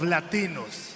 Latinos